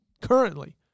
currently